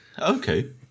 Okay